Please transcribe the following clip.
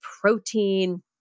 protein